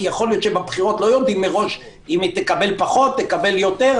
יכול להיות שבבחירות לא יודעים מראש אם היא תקבל פחות או תקבל יותר,